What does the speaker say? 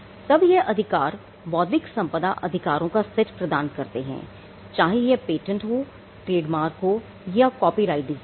तब यह अधिकार बौद्धिक संपदा अधिकारों का सेट प्रदान करते हैं चाहे यह पेटेंट हो ट्रेडमार्क हो या कॉपीराइट डिजाइन